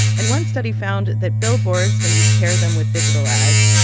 and one study found that billboards, when you pair them with digital ads,